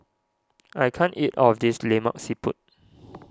I can't eat all of this Lemak Siput